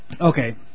okay